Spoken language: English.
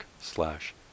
slash